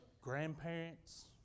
grandparents